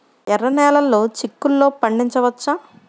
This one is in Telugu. ఎర్ర నెలలో చిక్కుల్లో పండించవచ్చా?